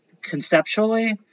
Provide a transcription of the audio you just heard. conceptually